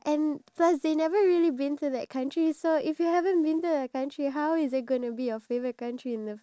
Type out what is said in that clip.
and the host from the airbnb can recommend us places to go in the country